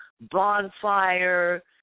bonfire